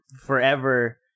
forever